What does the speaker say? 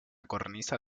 cornisa